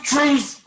Truth